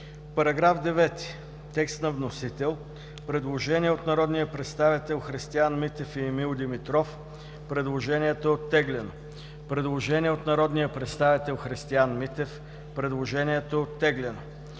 Параграф 9 – текст на вносител. Предложение от народния представител Христиан Митев и Емил Димитров. Предложението е оттеглено. Предложение от народния представител Христиан Митев. Предложението е оттеглено.